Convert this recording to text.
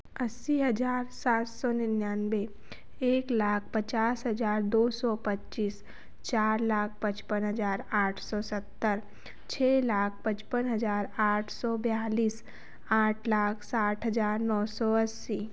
अस्सी हज़ार सात सौ निन्यानवे एक लाख पचास हज़ार दो सौ पच्चीस चार लाख पचपन हज़ार आठ सौ सत्तर छ लाख पचपन हज़ार आठ सौ बयालीस आठ लाख साठ हज़ार नौ सौ अस्सी